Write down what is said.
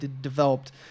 developed